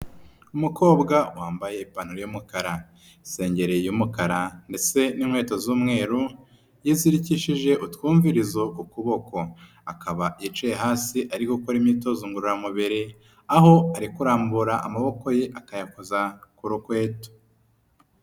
Umukobwa wambaye ipantaro y'umukara, isengerI y'umukara ndetse n'inkweto z'umweru, yazirikishije utwumvirizo ku kuboko, akaba yicaye hasi ari gukora imyitozo ngororamubiri, aho ari kurambura amaboko ye, akayakoza ku rukweto.